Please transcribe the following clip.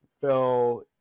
fell